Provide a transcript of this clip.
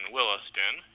Williston